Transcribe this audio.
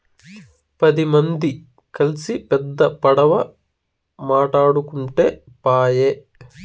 పది మంది కల్సి పెద్ద పడవ మాటాడుకుంటే పాయె